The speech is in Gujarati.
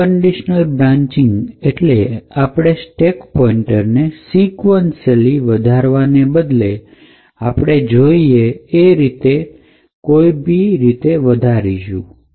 અનકન્ડિશનલ બ્રાંચિંગ એટલે કે આપણે સ્ટેક પોઇન્ટને sequencially વધારવાને બદલે આપણે જોઈએ એ રીતે વધારીશું